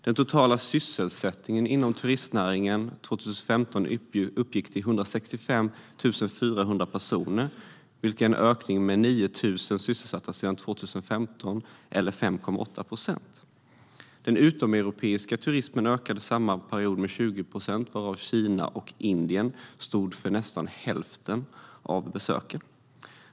Den totala sysselsättningen inom turistnäringen 2015 uppgick till 165 400 personer, vilket är en ökning med 9 000 sysselsatta eller 5,8 procent sedan 2014. Den utomeuropeiska turismen ökade under samma period med 20 procent. Kina och Indien stod för nästan hälften av besöken.